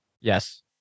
yes